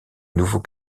nouveau